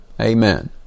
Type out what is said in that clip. Amen